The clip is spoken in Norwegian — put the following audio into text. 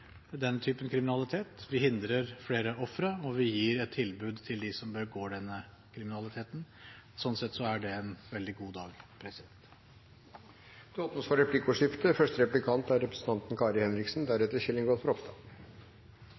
typen kriminalitet. Vi hindrer flere ofre, og vi gir et tilbud til dem som begår denne kriminaliteten. Sånn sett er det en veldig god dag. Det blir replikkordskifte. Statsråden har lagt fram saken for